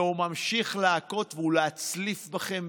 והוא ממשיך להכות ולהצליף בכם,